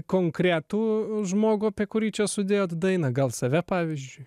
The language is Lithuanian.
konkretų žmogų apie kurį čia sudėjot dainą gal save pavyzdžiui